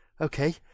Okay